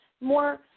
more